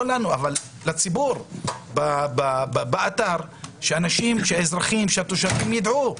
תפרסמו באתר כך שהאזרחים והתושבים ידעו.